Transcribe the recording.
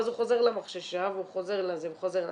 אז הוא חוזר למחששה וחוזר לזה וחוזר לזה.